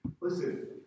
Listen